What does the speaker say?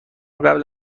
قبل